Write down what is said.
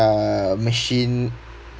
uh machine